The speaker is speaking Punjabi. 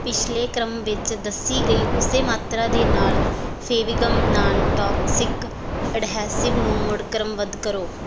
ਪਿਛਲੇ ਕ੍ਰਮ ਵਿੱਚ ਦੱਸੀ ਗਈ ਉਸੇ ਮਾਤਰਾ ਦੇ ਨਾਲ ਫੇਵੀਗਮ ਨਾਨ ਟੌਕਸਿਕ ਅਡਹੈਸਿਵ ਨੂੰ ਮੁੜ ਕ੍ਰਮਬੱਧ ਕਰੋ